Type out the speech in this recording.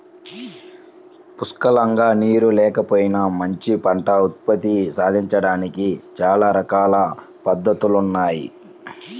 పుష్కలంగా నీరు లేకపోయినా మంచి పంట ఉత్పత్తి సాధించడానికి చానా రకాల పద్దతులున్నయ్